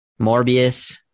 Morbius